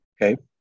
Okay